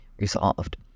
resolved